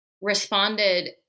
responded